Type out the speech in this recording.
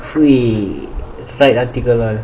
hmm flights article